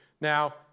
now